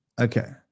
okay